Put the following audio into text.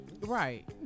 right